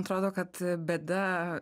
atrodo kad bėda